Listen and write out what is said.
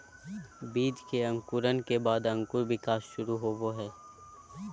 बीज के अंकुरण के बाद अंकुर विकास शुरू होबो हइ